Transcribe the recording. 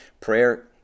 Prayer